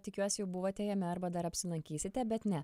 tikiuosi jau buvote jame arba dar apsilankysite bet ne